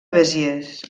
besiers